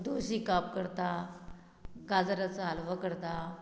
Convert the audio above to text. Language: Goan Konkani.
धोशी काप करता गाजराचो हालवो करता